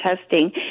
testing